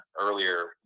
earlier